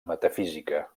metafísica